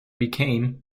became